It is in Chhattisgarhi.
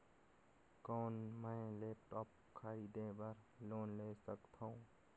कौन मैं लेपटॉप खरीदे बर लोन ले सकथव?